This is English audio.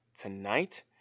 tonight